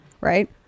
right